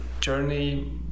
journey